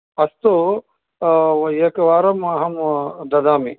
अस्तु एकवारम् अहं ददामि